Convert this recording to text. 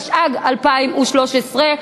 התשע"ג 2013,